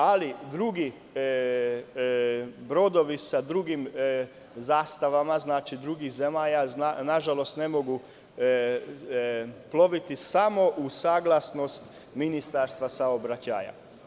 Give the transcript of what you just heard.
Ali, drugi brodovi sa drugim zastavama, znači drugih zemalja, nažalost ne mogu ploviti samo u saglasnost Ministarstva saobraćaja.